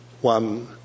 one